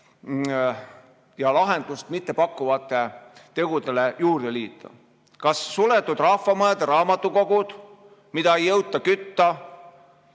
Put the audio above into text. ja lahendust mittepakkuvatele tegudele juurde liita. Kas suletud rahvamajad ja raamatukogud, mida ei jõuta kütta,